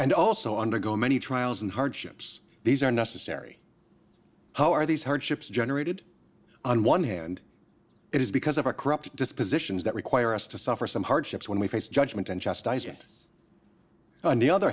and also undergo many trials and hardships these are necessary how are these hardships generated on one hand it is because of our corrupt dispositions that require us to suffer some hardships when we face judgement and justice on the other